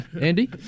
Andy